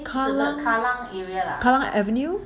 kallang kallang avenue